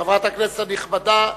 חברת הכנסת הנכבדה,